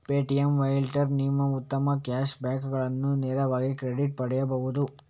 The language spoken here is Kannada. ಪೇಟಿಎಮ್ ವ್ಯಾಲೆಟ್ಗೆ ನೀವು ಉತ್ತಮ ಕ್ಯಾಶ್ ಬ್ಯಾಕುಗಳನ್ನು ನೇರವಾಗಿ ಕ್ರೆಡಿಟ್ ಪಡೆಯಬಹುದು